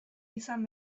izan